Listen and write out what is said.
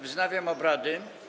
Wznawiam obrady.